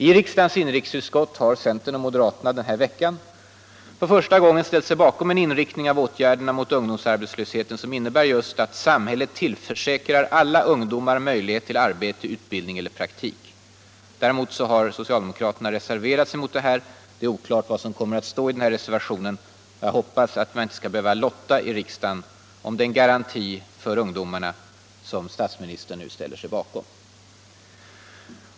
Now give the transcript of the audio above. I riksdagens inrikesutskott har centern och moderaterna denna vecka för första gången ställt sig bakom en inriktning av åtgärderna mot ungdomsarbetslösheten som innebär ”att samhället tillförsäkrar alla ungdomar möjlighet till arbete, utbildning eller praktik”. Däremot har socialdemokraterna reserverat sig mot detta. Det är oklart vad som kommer att stå i deras reservation. Men jag hoppas att man inte skall behöva lotta i riksdagen om den garanti för ungdomarna som statsministern nu ställer sig bakom.